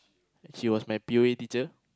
she was my P_O_A teacher